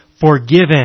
forgiven